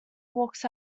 walks